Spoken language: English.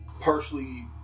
partially